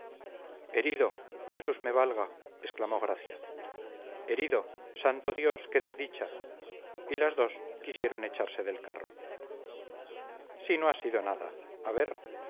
herido jesús me valga exclamó gracia herido santo dios qué desdicha y las dos quisieron echarse del carro si no ha sido nada a ver